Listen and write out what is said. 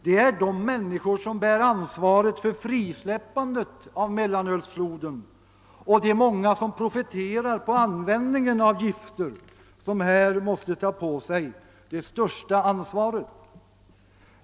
Det är de människor som bär ansvaret för frisläppandet av mellanölsfloden och de många som profiterar på användningen av de gifter som här måste ta på sig det största ansvaret.